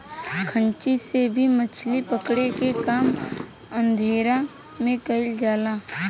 खांची से भी मछली पकड़े के काम अंधेरा में कईल जाला